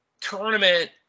tournament